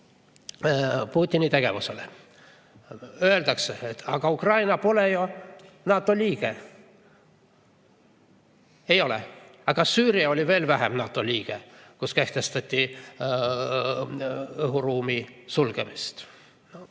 Putini tegevusele. Öeldakse, et aga Ukraina pole NATO liige. Ei ole, aga Süüria oli veel vähem NATO liige, kuid seal õhuruum suleti